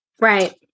Right